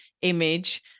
image